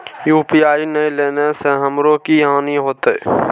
UPI ने लेने से हमरो की हानि होते?